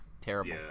terrible